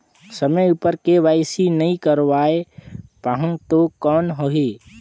समय उपर के.वाई.सी नइ करवाय पाहुं तो कौन होही?